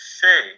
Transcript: say